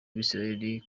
abisiraheli